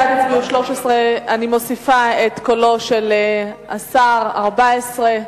בעד, 13, אני מוסיפה את קולו של השר, 14,